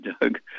Doug